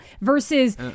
versus